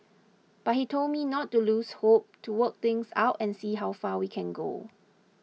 but he told me not to lose hope to work things out and see how far we can go